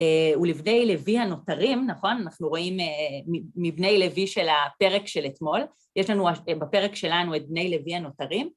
ולבני לוי הנותרים, נכון? אנחנו רואים מבני לוי של הפרק של אתמול, יש לנו בפרק שלנו את בני לוי הנותרים.